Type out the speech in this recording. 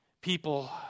people